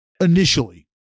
initially